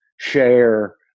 share